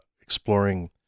exploring